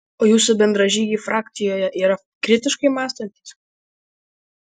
o jūsų bendražygiai frakcijoje yra kritiškai mąstantys